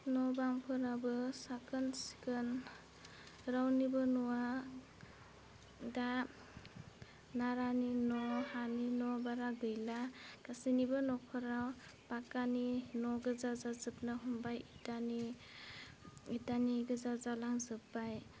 न' बांफोराबो साखोन सिखोन रावनिबो न'आ दा नारानि न' हानि न' बारा गैला गासैनिबो नखराव पाक्कानि न' गोजा जाजोबनो हमबाय इटानि इटानि गोजा जालांजोब्बाय